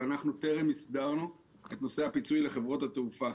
אבל אנחנו טרם הסדרנו את נושא הפיצוי לחברות התעופה,